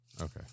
okay